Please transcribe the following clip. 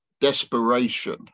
desperation